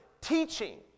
teaching